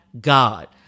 God